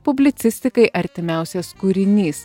publicistikai artimiausias kūrinys